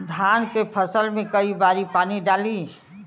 धान के फसल मे कई बारी पानी डाली?